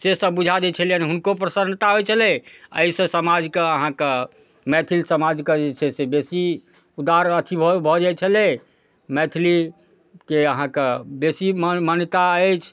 सेसब बुझा दै छलिअनि हुनको प्रसन्नता होइ छलै एहिसँ समाजके अहाँके मैथिल समाजके जे छै से बेसी गाढ़ अथी भऽ जाइ छलै मैथिलीके अहाँके बेसी मान्य मान्यता अछि